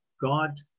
god